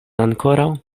ankoraŭ